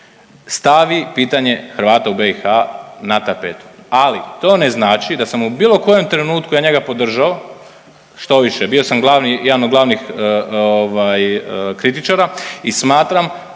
stavi pitanje Hrvata u BiH na tapetu. Ali, to ne znači da sam u bilo kojem trenutku ja njega podržao, štoviše, bio sam glavni, jedan od glavnih ovaj kritičara i smatram